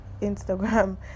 Instagram